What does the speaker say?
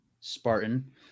Spartan